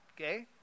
okay